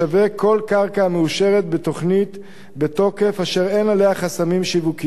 כל קרקע המאושרת בתוכנית בתוקף אשר אין עליה חסמים שיווקיים,